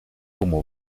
como